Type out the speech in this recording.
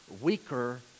weaker